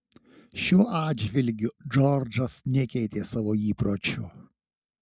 šiuo atžvilgiu džordžas nekeitė savo įpročių